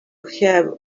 have